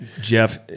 Jeff